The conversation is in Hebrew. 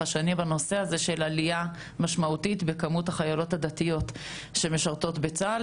השנים בנושא הזה של עלייה משמעותית בכמות החיילות הדתיות שמשרתות בצה"ל